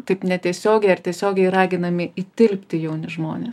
taip netiesiogiai ar tiesiogiai raginami įtilpti jauni žmonės